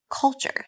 culture